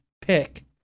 pick